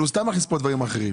הוא סתם מכניס כאן דברים אחרים.